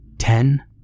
Ten